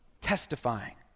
testifying